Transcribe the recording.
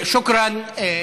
(אומר דברים בשפה הערבית,